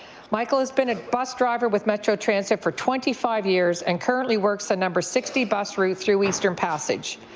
michael has been a bus driver with metro transit for twenty five years and currently works the number sixty bus route through eastern passage.